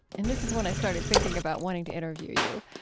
and this is when i started thinking about wanting to interview you,